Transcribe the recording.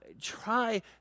Try